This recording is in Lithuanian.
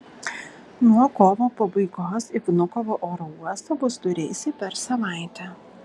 nuo kovo pabaigos į vnukovo oro uostą bus du reisai per savaitę